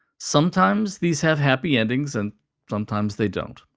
sometimes these have happy endings and sometimes they don't.